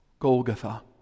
Golgotha